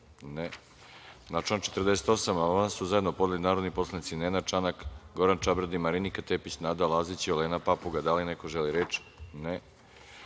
Ne. Na član 48. amandman su zajedno podneli narodni poslanici Nenad Čanak, Goran Čabradi, Marinika Tepić, Nada Lazić i Olena Papuga. Da li neko želi reč? Ne. Na